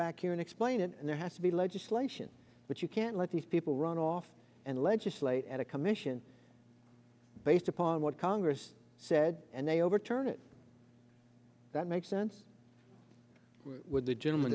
back here and explain it and there has to be legislation but you can't let these people run off and legislate and a commission based upon what congress said and they overturn it that makes sense the gentleman